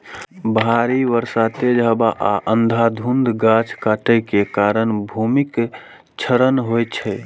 भारी बर्षा, तेज हवा आ अंधाधुंध गाछ काटै के कारण भूमिक क्षरण होइ छै